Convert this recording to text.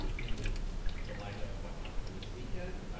in the light of what happened this weekend.